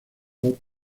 pop